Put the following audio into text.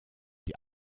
die